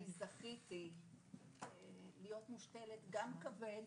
אני זכיתי להיות מושתלת גם כבד